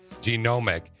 Genomic